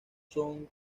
son